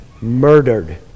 murdered